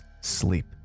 sleep